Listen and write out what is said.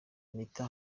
anita